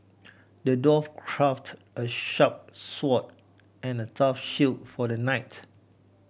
the dwarf crafted a sharp sword and a tough shield for the knight